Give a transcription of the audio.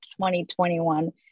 2021